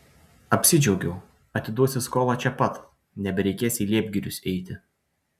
apsidžiaugiau atiduosiu skolą čia pat nebereikės į liepgirius eiti